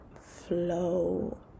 flow